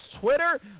Twitter